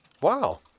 Wow